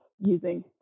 using